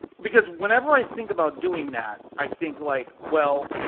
because whenever i think about doing that, i think, like well,